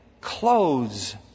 clothes